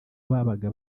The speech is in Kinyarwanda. babaga